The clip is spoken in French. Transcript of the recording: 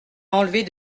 enlevés